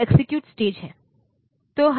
वह execute stage है